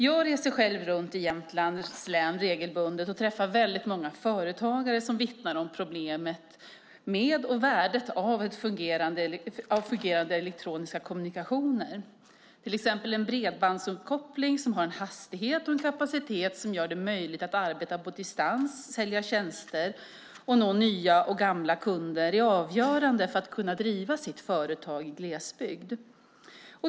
Jag reser själv runt i Jämtlands län regelbundet och träffar många företagare som vittnar om problemet med och värdet av fungerande elektroniska kommunikationer. Till exempel är en bredbandsuppkoppling som har en hastighet och en kapacitet som gör det möjligt att arbeta på distans, sälja tjänster och nå nya och gamla kunder avgörande för att kunna driva företag i glesbygd.